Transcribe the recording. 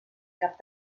cap